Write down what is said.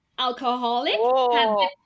Alcoholic